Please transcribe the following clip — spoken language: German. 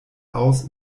aus